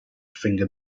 finger